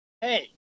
Hey